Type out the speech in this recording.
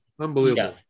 Unbelievable